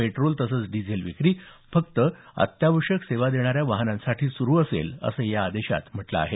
petrol तसंच diesel विक्री फक्त अत्यावश्यक सेवा देणाऱ्या वाहनांसाठीच सुरू असेल असं याबाबतच्या आदेशात म्हटलं आहे